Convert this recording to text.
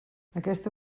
aquesta